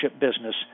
business